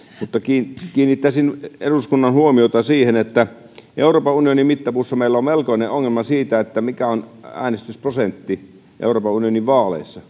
mutta kiinnittäisin eduskunnan huomiota siihen että euroopan unionin mittapuussa meillä on melkoinen ongelma siitä mikä on äänestysprosentti euroopan unionin vaaleissa